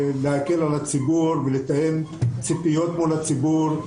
לקראת סיכום הדיון אני רק אציין שנציג איגוד רופאי בריאות הציבור,